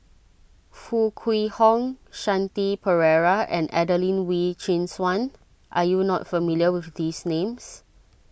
Foo Kwee Horng Shanti Pereira and Adelene Wee Chin Suan are you not familiar with these names